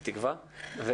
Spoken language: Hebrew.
בתקווה.